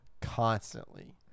constantly